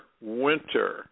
winter